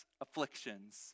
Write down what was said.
afflictions